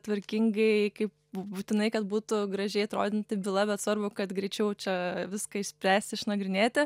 tvarkingai kaip būtinai kad būtų gražiai atrodanti byla bet svarbu kad greičiau čia viską išspręsi išnagrinėti